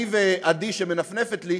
אני ועדי שמנפנפת לי,